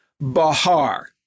Bahar